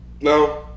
No